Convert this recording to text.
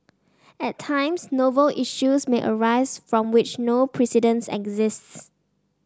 at times novel issues may arise from which no precedents exists